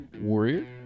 warrior